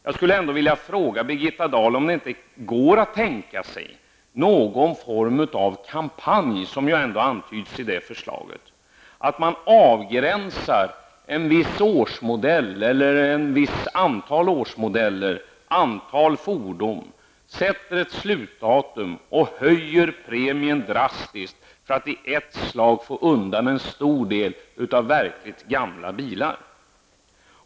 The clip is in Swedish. Jag skulle ändå vilja fråga Birgitta Dahl om det inte går att tänka sig någon form av kampanj, som ju ändå antyds i förslaget, så att man avgränsar vissa årsmodeller, ett antal fordon, sätter ett slutdatum och höjer premien drastiskt för att i ett slag få undan en stor del av verkligt gamla bilar.